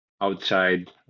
outside